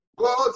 God